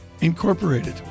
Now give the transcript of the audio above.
Incorporated